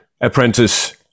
apprentice